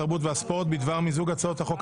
התרבות והספורט בדבר מיזוג הצעות החוק